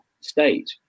state